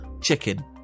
chicken